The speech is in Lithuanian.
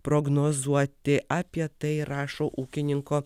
prognozuoti apie tai rašo ūkininko